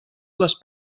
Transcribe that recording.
les